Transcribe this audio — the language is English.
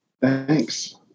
Thanks